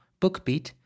BookBeat